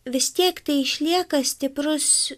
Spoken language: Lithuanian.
vis tiek tai išlieka stiprus